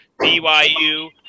BYU